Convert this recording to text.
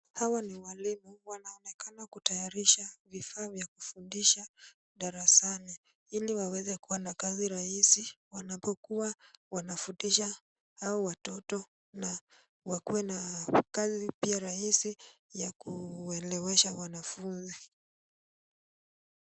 Hawa ni walimu, wanaonekana kutayarisha vifaa vya kufundisha darasani ili waweze kuwa na kazi rahisi wanpokuwa wanafundisha hawa watoto na wakuwe na kazi pia rahisi ya kuelewesha wanafunzi.